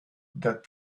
that